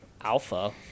alpha